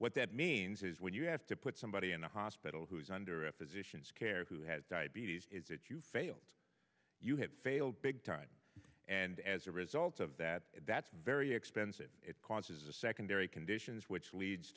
what that means is when you have to put somebody in a hospital who's under a physician's care who has diabetes is it you failed you have failed big time and as a result of that that's very expensive it causes a secondary conditions which leads